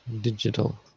digital